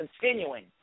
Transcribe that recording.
continuing